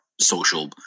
social